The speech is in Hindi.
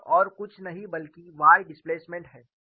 यह और कुछ नहीं बल्कि y डिस्प्लेसमेंट है